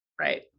Right